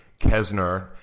Kesner